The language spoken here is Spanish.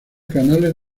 canales